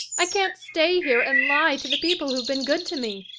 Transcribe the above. i can't stay here and lie to the people who've been good to me.